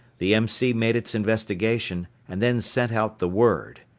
the m c. made its investigation, and then sent out the word.